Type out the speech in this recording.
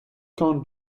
quand